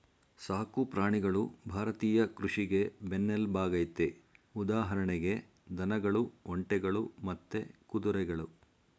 ಸಾಕು ಪ್ರಾಣಿಗಳು ಭಾರತೀಯ ಕೃಷಿಗೆ ಬೆನ್ನೆಲ್ಬಾಗಯ್ತೆ ಉದಾಹರಣೆಗೆ ದನಗಳು ಒಂಟೆಗಳು ಮತ್ತೆ ಕುದುರೆಗಳು